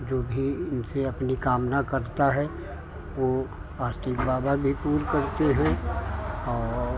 जो भी इनसे अपनी कामना करता है वो आस्तिक बाबा भी पूर करते हैं और